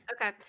Okay